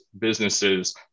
businesses